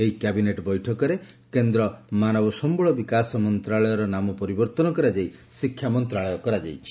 ଏହି କ୍ୟାବିନେଟ୍ ବୈଠକରେ କେନ୍ଦ୍ର ମାନବ ସମ୍ଭଳ ବିକାଶ ମନ୍ତ୍ରଶାଳୟର ନାମ ପରିବର୍ତ୍ତନ କରାଯାଇ ଶିକ୍ଷା ମନ୍ତ୍ରଶାଳୟ କରାଯାଇଛି